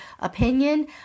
opinion